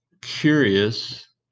curious